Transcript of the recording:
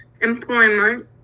employment